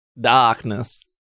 Darkness